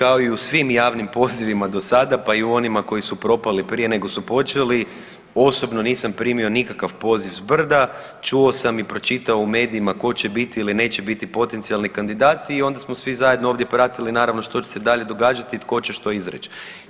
Dakle, kao i u svim javnim pozivima do sada, pa i u onima koji su propali prije nego su počeli, osobno nisam primio nikakav poziv s brda, čuo sam i pročitao u medijima tko će biti ili neće biti potencijalni kandidat i onda smo svi zajedno ovdje pratili naravno što će se dalje događati, tko će što izreć.